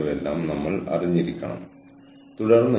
ഇതെല്ലാം സ്ട്രാറ്റജിക് എച്ച്ആർഎമ്മിന്റെ ഭാഗമാണ്